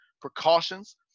precautions